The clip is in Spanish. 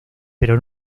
pero